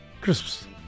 crisps